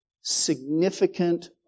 significant